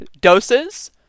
doses